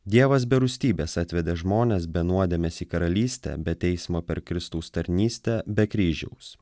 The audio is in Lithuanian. dievas be rūstybės atvedė žmones be nuodėmės į karalystę be teismo per kristaus tarnystę be kryžiaus